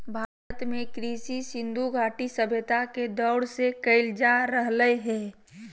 भारत में कृषि सिन्धु घटी सभ्यता के दौर से कइल जा रहलय हें